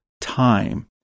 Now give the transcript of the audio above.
time